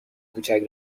کوچک